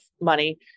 money